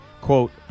quote